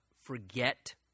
Forget